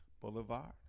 Boulevard